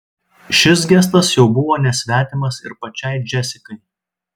šis gestas jau buvo nesvetimas ir pačiai džesikai